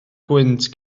gwynt